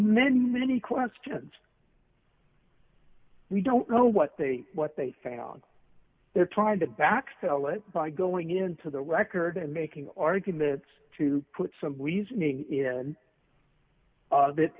many many questions we don't know what they what they found there tried to back sell it by going into the record and making arguments to put some